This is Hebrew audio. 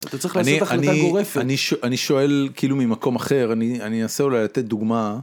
אתה צריך לעשות החלטה גורפת. אני אני אני שואל כאילו ממקום אחר אני אני אנסה אולי לתת דוגמה.